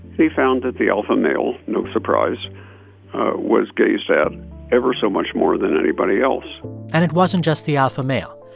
he found that the alpha male no surprise was gazed at ever so much more than anybody else and it wasn't just the alpha ah so male.